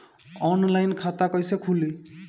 Online खाता कईसे खुलि?